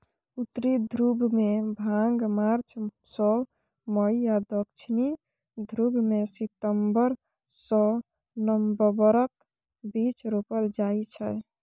उत्तरी ध्रुबमे भांग मार्च सँ मई आ दक्षिणी ध्रुबमे सितंबर सँ नबंबरक बीच रोपल जाइ छै